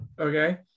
Okay